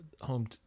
home